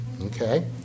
okay